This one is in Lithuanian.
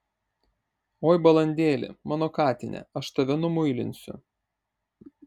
oi balandėli mano katine aš tave numuilinsiu